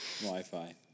Wi-Fi